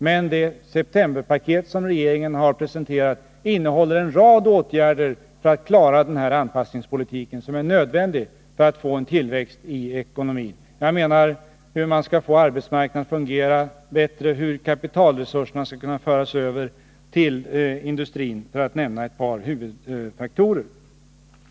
Men det septemberpaket som regeringen har presenterat innehåller en rad åtgärder för att klara den anpassning som är nödvändig för att få en tillväxt i ekonomin — hur man skall få arbetsmarknaden att fungera bättre, hur resurser skall kunna föras över till industrin, för att nämna ett par huvudfaktorer.